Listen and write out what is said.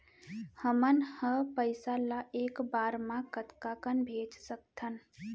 हमन ह पइसा ला एक बार मा कतका कन भेज सकथन?